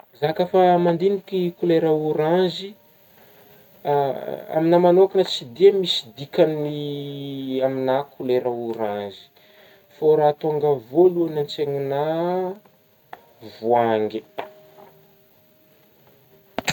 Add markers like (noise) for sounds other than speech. Za ka fa mandigniky kolera ôranzy (hesitation) aminah manôkagna tsy dia misy dikagny (hesitation) aminah kolera ôranzy, fô raha tônga voalohany an-tsaignanà voahangy. (noise)